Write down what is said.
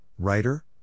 writer